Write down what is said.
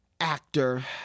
actor